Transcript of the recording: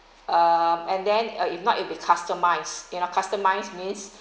uh and then if not it'll be customized you know customize means